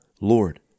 Lord